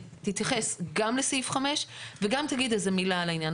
תתייחס גם לסעיף 5 וגם תגיד איזה מילה על העניין